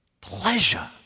pleasure